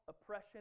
oppression